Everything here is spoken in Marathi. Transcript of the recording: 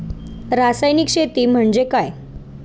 रासायनिक शेती म्हणजे काय?